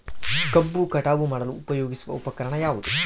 ಕಬ್ಬು ಕಟಾವು ಮಾಡಲು ಉಪಯೋಗಿಸುವ ಉಪಕರಣ ಯಾವುದು?